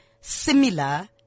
similar